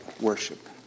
worship